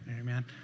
Amen